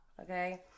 okay